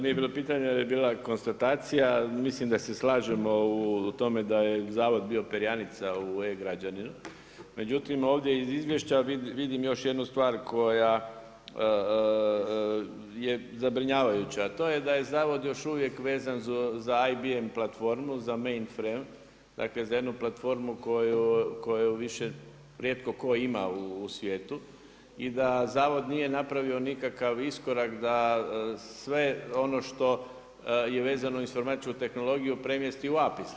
Nije bilo pitanja jer je bila konstatacija, mislim da se slažemo u tome da je zavod bio perjanica u E-građaninu, međutim ovdje iz izvješća vidim još jednu stvar koja je zabrinjavajuća a to je da je zavod još uvijek vezan za IBM platformu, za … dakle, za jednu platformu koju više rijetko tko ima u svijetu i da zavod nije napravio nikakav iskorak da sve ono što je vezano uz informatičku tehnologiju, premjesti u APIS.